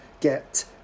get